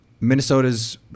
Minnesota's